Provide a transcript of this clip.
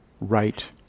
right